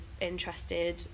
interested